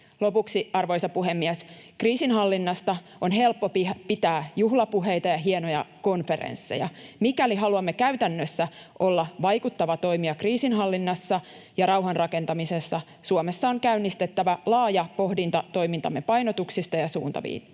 Lopuksi, arvoisa puhemies: Kriisinhallinnasta on helppo pitää juhlapuheita ja hienoja konferensseja. Mikäli haluamme käytännössä olla vaikuttava toimija kriisinhallinnassa ja rauhanrakentamisessa, Suomessa on käynnistettävä laaja pohdinta toimintamme painotuksista ja suuntaviivoista.